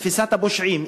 תפיסת הפושעים,